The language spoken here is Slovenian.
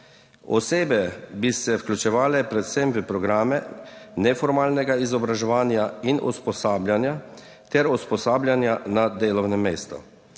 Osebe bi se vključevale predvsem v programe neformalnega izobraževanja in usposabljanja ter usposabljanja na delovnem mestu